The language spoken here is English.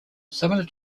similar